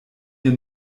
mir